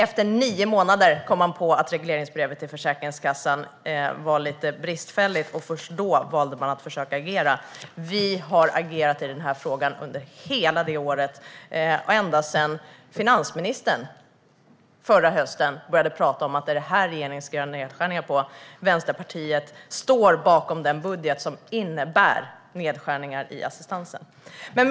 Efter nio månader kom man på att regleringsbrevet till Försäkringskassan var lite bristfälligt. Först då valde man att försöka agera. Vi har agerat i den här frågan under hela året och ända sedan finansministern förra hösten började tala om att regeringen ska göra nedskärningar på detta. Vänsterpartiet står bakom den budget som innebär nedskärningar i assistansen. Herr talman!